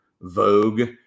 vogue